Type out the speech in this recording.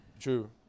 True